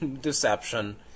deception